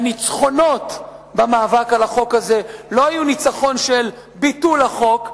הניצחונות במאבק על החוק הזה לא יהיו ניצחונות של ביטול החוק,